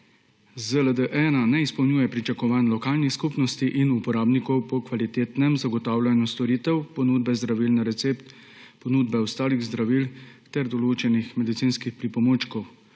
ZLD-1, ne izpolnjuje pričakovanj lokalnih skupnosti in uporabnikov po kvalitetnem zagotavljanju storitev ponudbe zdravil na recept, ponudbe ostalih zdravil ter določenih medicinskih pripomočkov.